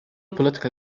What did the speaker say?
political